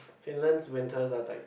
Finland's winter are like